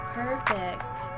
perfect